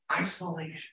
isolation